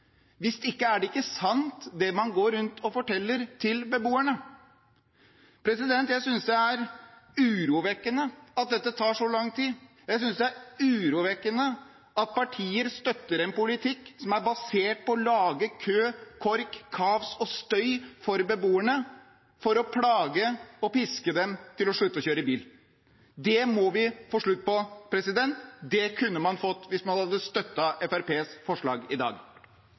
Hvis ikke er det ikke sant, det man går rundt og forteller til beboerne. Jeg synes det er urovekkende at dette tar så lang tid. Jeg synes det er urovekkende at partier støtter en politikk som er basert på å lage kø, kork, kaos og støy for beboerne, for å plage og piske dem til å slutte å kjøre bil. Det må vi få slutt på. Det kunne man fått hvis man hadde støttet Fremskrittspartiets forslag i dag.